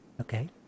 Okay